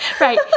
Right